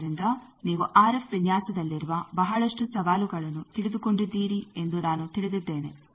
ಆದ್ದರಿಂದ ನೀವು ಆರ್ಎಫ್ ವಿನ್ಯಾಸದಲ್ಲಿರುವ ಬಹಳಷ್ಟು ಸವಾಲುಗಳನ್ನು ತಿಳಿದುಕೊಂಡಿದ್ದೀರಿ ಎಂದು ನಾನು ತಿಳಿದಿದ್ದೇನೆ